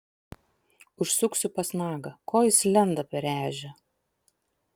užsuksiu pas nagą ko jis lenda per ežią